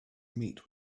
meet